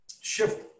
shift